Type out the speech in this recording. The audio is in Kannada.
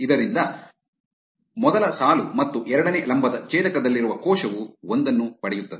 ಆದ್ದರಿಂದ ಮೊದಲ ಸಾಲು ಮತ್ತು ಎರಡನೇ ಲಂಬದ ಛೇದಕದಲ್ಲಿರುವ ಕೋಶವು ಒಂದನ್ನು ಪಡೆಯುತ್ತದೆ